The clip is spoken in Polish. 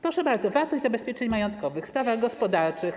Proszę bardzo, wartość zabezpieczeń majątkowych w sprawach gospodarczych.